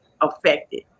affected